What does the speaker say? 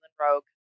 rogue